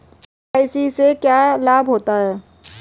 KYC से क्या लाभ होता है?